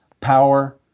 power